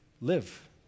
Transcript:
live